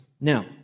Now